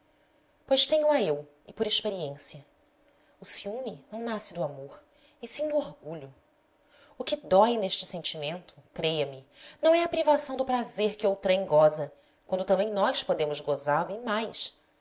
minha pois tenho a eu e por experiência o ciúme não nasce do amor e sim do orgulho o que dói neste sentimento creia me não é a privação do prazer que outrem goza quando também nós podemos gozá lo e mais